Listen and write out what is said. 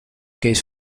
case